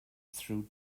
through